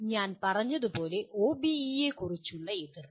ഞാൻ പറഞ്ഞതുപോലെ ഒബിഇ യെക്കുറിച്ചുള്ള എതിർപ്പ്